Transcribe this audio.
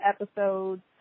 episodes